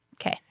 Okay